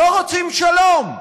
לא רוצים שלום.